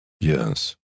Yes